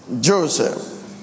Joseph